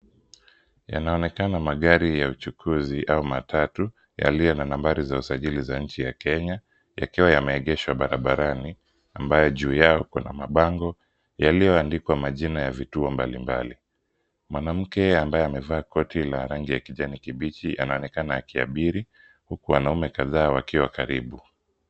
Yanaonekana magari ya uchukuzi au matatu yaliyo na nambari za usajili za nchi ya Kenya yakiwa yameegeshwa barabarani, ambayo juu yao kuna mabango yaliyoandikwa majina ya vituo mbali mbali. Mwanamke ambaye amevaa koti la rangi ya kijani kibichi anaonekana akiabiri, huku wanaume kadhaa wakiwa karibu.